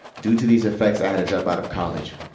due to these effects, i had to drop out of college.